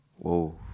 Whoa